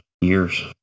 Years